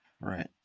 Right